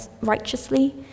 righteously